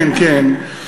הקו היה תפוס, כן כן.